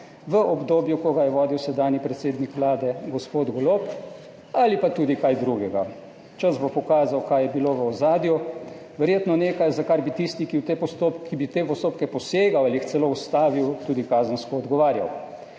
v obdobju, ko ga je vodil sedanji predsednik Vlade gospod Golob, ali pa tudi kaj drugega. Čas bo pokazal, kaj je bilo v ozadju. Verjetno nekaj, za kar bi tisti, ki bi v te postopke posegal ali jih celo ustavil, tudi kazensko odgovarjal.